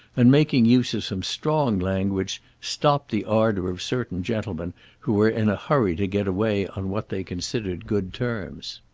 and, making use of some strong language, stopped the ardour of certain gentlemen who were in a hurry to get away on what they considered good terms.